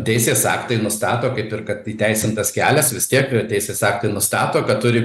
teisės aktai nustato kaip ir kad įteisintas kelias vis tiek teisės aktai nustato kad turi